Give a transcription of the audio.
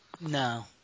no